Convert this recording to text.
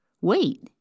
wait